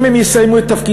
אם הם יסיימו את תפקידם,